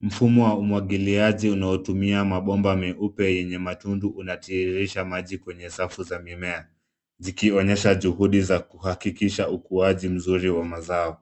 Mfumo wa umwangiliaji unaotumia mabomba yenye matundu unatiririsha maji kwenye safu za mimea, zikionyesha juhudi za kuhakikisha ukuaji mzuri wa mazao.